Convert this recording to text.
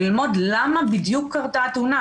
ללמוד למה בדיוק קרתה התאונה.